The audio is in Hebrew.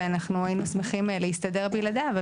והיינו שמחים להסתדר בלעדיו,